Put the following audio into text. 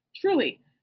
Truly